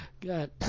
God